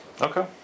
Okay